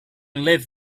live